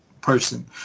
person